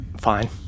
fine